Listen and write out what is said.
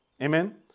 Amen